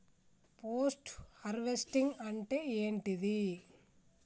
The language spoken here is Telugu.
పోస్ట్ హార్వెస్టింగ్ అంటే ఏంటిది?